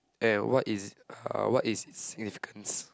and what is uh what is it's significance